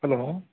hello